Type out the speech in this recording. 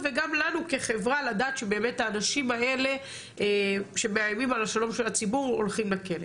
וגם לנו כחברה לדעת שהאנשים האלה שמאיימים על שלום הציבור הולכים לכלא.